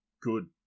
good